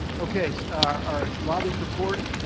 okay. our lobbyist report.